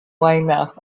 weymouth